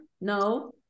no